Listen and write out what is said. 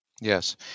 Yes